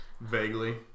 Vaguely